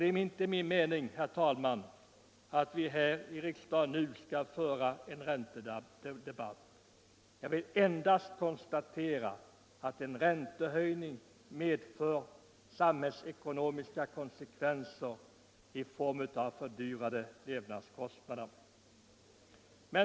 Det är nu inte min mening att vi här i riksdagen skall föra en räntedebatt, utan jag konstaterar bara att en räntehöjning medför samhällsekonomiska konsekvenser i form av fördyrade levnadskostnader.